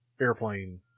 airplane